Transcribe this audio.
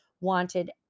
wanted